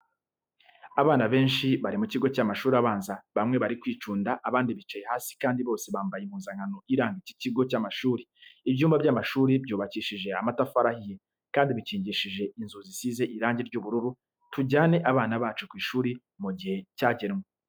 Abana benshi bari ku kigo cy'amashuri abanza bamwe bari kwicunda, abandi bicaye hasi kandi bose bambaye impuzankano iranga iki kigo cy'amashuri. Ibyumba by'amashuri byubakishije amatafari ahiye kandi bikingishije inzugi zisize irangi ry'ubururu. Tujyane abana bacu ku ishuri mu gihe cyagenwe.